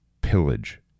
pillage